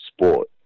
sport